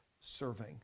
serving